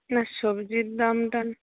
না সবজির দামটা